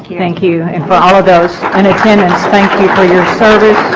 thank you and for all of those in attendance thank you for your service